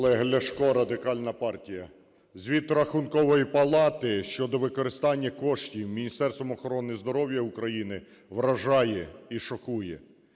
Олег Ляшко, Радикальна партія. Звіт Рахункової палати щодо використання коштів Міністерством охорони здоров'я України вражає і шокує.